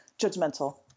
judgmental